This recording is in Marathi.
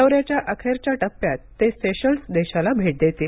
दौऱ्याच्या अखेरच्या टप्प्यात ते सेशल्स देशाला भेट देतील